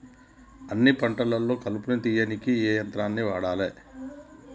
అన్ని పంటలలో కలుపు తీయనీకి ఏ యంత్రాన్ని వాడాలే?